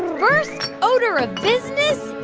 first odor of business